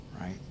right